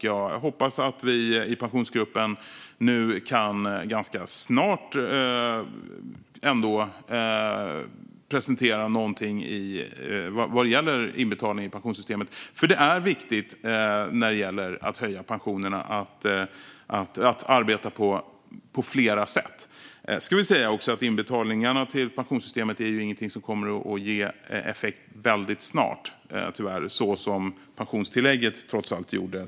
Jag hoppas att vi i Pensionsgruppen ganska snart kan presentera någonting vad gäller inbetalningar till pensionssystemet. Det är viktigt att arbeta på flera sätt när det gäller att höja pensionerna. Jag ska också säga att inbetalningarna till pensionssystemet tyvärr inte är någonting som kommer att ge effekt väldigt snart, som pensionstillägget trots allt gjorde.